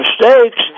mistakes